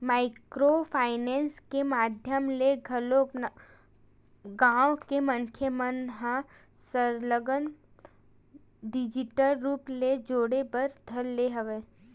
micro finance के माधियम ले घलो गाँव के मनखे मन ह सरलग डिजिटल रुप ले जुड़े बर धर ले हवय